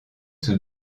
sous